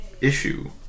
issue